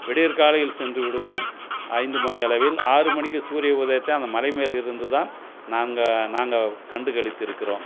விடியற்காலையில் சென்று விடுவோம் ஐந்து மணி அளவில் ஆறு மணிக்கு சூரிய உதயத்தை அந்த மலை மேல் இருந்து தான் நாங்கள் நாங்கள் கண்டுகளித்து இருக்கிறோம்